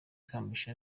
kamugisha